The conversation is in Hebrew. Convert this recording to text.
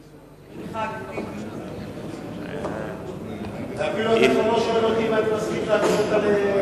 ואפילו אתה כבר לא שואל אותי אם אני מסכים להעביר את זה,